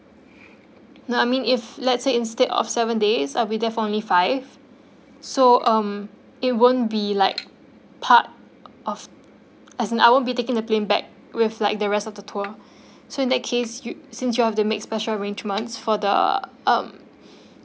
no I mean if let's say instead of seven days I'll be there for only five so um it won't be like part of as in I won't be taking the plane back with like the rest of the tour so in that case you since you have to make special arrangements for the um